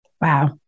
Wow